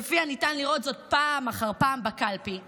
כפי שניתן לראות זאת פעם אחר פעם בקלפי,